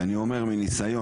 אני אומר מניסיון,